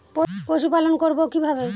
পশুপালন করব কিভাবে?